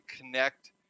connect